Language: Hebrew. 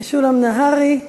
משולם נהרי?